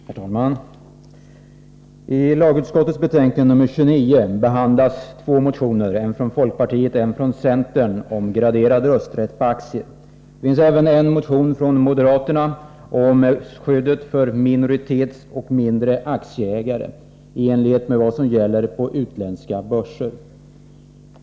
Herr talman! I lagutskottets betänkande nr 29 behandlas två motioner, en från folkpartiet och en från centern, om graderad rösträtt på aktier. Det har även väckts en motion från moderaterna om skydd för minoritetsoch mindre aktieägare i aktiebolag, i enlighet med vad som gäller på utländska börser.